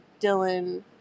Dylan